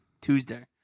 Tuesday